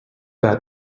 bad